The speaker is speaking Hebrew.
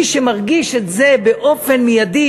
מי שמרגיש את זה באופן מיידי,